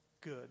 good